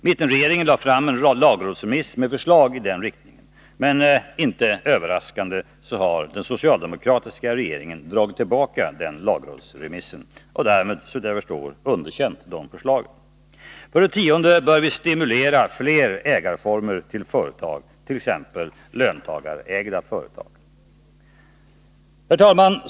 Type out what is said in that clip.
Mittenregeringen lade fram en lagrådsremiss med förslag i den riktningen, men inte överraskande har den socialdemokratiska regeringen dragit tillbaka den lagrådsremissen och därmed, såvitt jag förstår, underkänt de förslagen. För det tionde bör vi stimulera till flera ägarformer när det gäller företag, t.ex. löntagarägda företag. Herr talman!